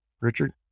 Richard